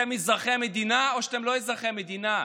אתם אזרחי המדינה או שאתם לא אזרחי המדינה?